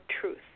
truth